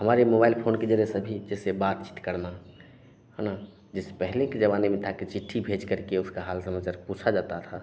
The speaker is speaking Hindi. हमारे मोबाइल फोन के ज़रिए से अभी जैसे बातचीत करना है ना जैसे पहले के ज़माने में था कि चिट्ठी भेजकर के उसका हाल समाचार पूछा जाता था